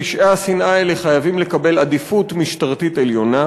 פשעי השנאה האלה חייבים לקבל עדיפות משטרתית עליונה.